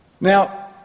Now